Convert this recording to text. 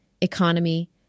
economy